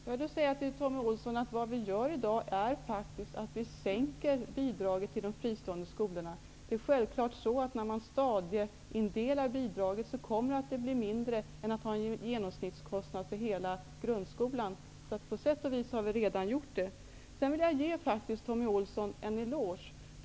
Fru talman! Vad vi gör i dag är faktiskt att vi sänker bidraget till de fristående skolorna, Thommy Ohlsson. När man stadieindelar bidraget kommer det självfallet att bli mindre än när man har en genomsnittskostnad för hela grundskolan. På sätt och vis har vi redan sänkt bidraget. Sedan vill jag ge Thommy Ohlsson en eloge.